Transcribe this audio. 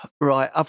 Right